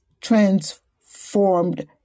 transformed